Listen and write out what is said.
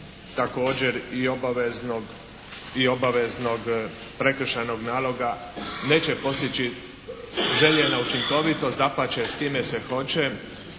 također i obaveznog prekršajnog naloga neće postići željena učinkovitost. Dapače s time se hoće